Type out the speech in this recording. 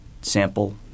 sample